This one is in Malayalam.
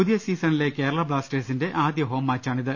പുതിയ സീസണിലെ കേരള ബ്ലാസ്റ്റേഴ്സിന്റെ ആദ്യ ഹോം മാച്ചാണിത്